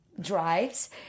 drives